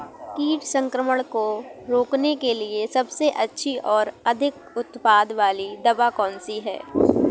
कीट संक्रमण को रोकने के लिए सबसे अच्छी और अधिक उत्पाद वाली दवा कौन सी है?